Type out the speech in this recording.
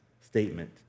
statement